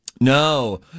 No